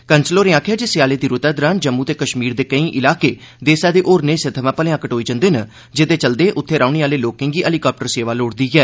कंसल होरें आखेआ जे स्याले दी रूतै दौरान जम्मू ते कष्मीर दे कोई इलाके देसै दे होरनें हिस्सें थमां भलेआं कटोई जंदे न जेहदे चलदे उत्थे रौहने आह्ले लोकें गी हैलीकाप्टर सेवा लोड़दी ऐ